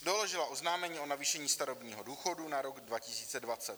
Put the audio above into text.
Doložila oznámení o navýšení starobního důchodu na rok 2020.